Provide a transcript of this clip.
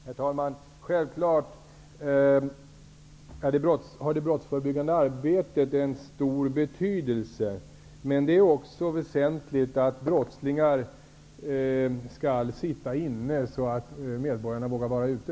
Herr talman! Självfallet har det brottsförebyggande arbetet en stor betydelse. Men det är också väsentligt att brottslingar sitter inne, så att medborgarna vågar vara ute.